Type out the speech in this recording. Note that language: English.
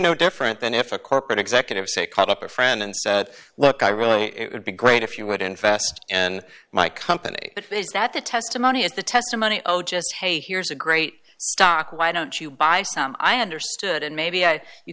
no different than if a corporate executive say called up a friend and said look i really it would be great if you would invest in my company is that the testimony is the testimony oh just hey here's a great stock why don't you buy some i understood and maybe i you